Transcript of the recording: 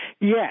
Yes